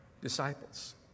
disciples